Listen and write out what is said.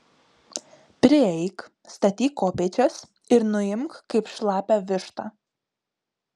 prieik statyk kopėčias ir nuimk kaip šlapią vištą